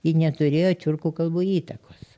ji neturėjo tiurkų kalbų įtakos